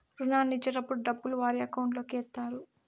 రుణాన్ని ఇచ్చేటటప్పుడు డబ్బులు వారి అకౌంట్ లోకి ఎత్తారు